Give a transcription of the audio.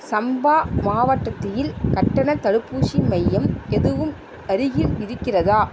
சம்பா மாவட்டத்தில் கட்டணத் தடுப்பூசி மையம் எதுவும் அருகில் இருக்கிறதா